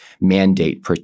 mandate